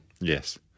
Yes